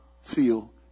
feel